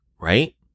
right